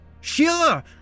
Sheila